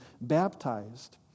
baptized